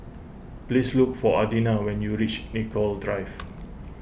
please look for Adina when you reach Nicoll Drive